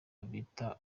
bita